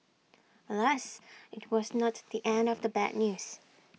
alas IT was not the end of the bad news